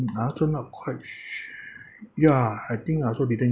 I also not quite s~ ya I think I also didn't